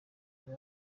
yari